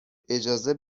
اجازه